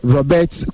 Robert